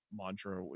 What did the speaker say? mantra